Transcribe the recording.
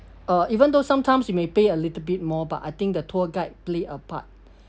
uh even though sometimes you may pay a little bit more but I think the tour guide play a part